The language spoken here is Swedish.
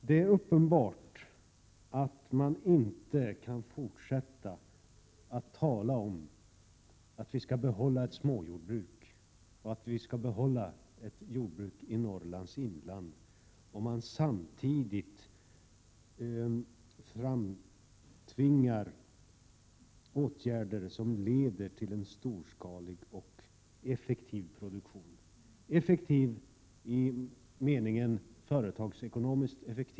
Det är uppenbart att man inte kan fortsätta att tala om att vi skall behålla ett småjordbruk och att vi skall behålla ett jordbruk i Norrlands inland om man samtidigt framtvingar åtgärder som leder till en storskalig och effektiv produktion — effektiv i betydelsen företagsekonomiskt effektiv.